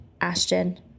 Ashton